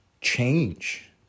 change